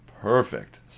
perfect